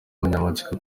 umunyamatsiko